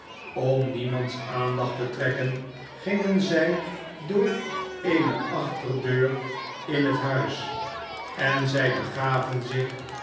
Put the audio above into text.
om niemands aandacht te trekken gingen zij door eene achterdeur in huis en zij begaven zich